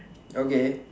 okay